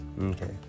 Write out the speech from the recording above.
Okay